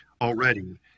already